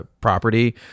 property